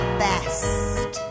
best